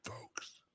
folks